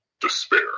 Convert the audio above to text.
despair